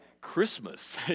Christmas